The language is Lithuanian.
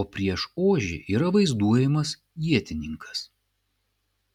o prieš ožį yra vaizduojamas ietininkas